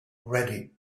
ready